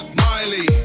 miley